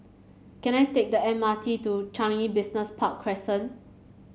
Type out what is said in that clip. can I take the M R T to Changi Business Park Crescent